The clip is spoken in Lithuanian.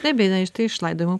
be abejo na tai iš laidojimo